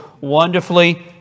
wonderfully